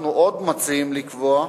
עוד אנחנו מציעים לקבוע,